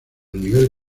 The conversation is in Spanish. nivel